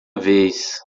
vez